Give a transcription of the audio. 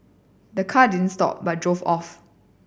the car didn't stop but drove off